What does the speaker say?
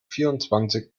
vierundzwanzig